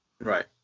right